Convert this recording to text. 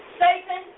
Satan